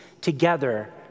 together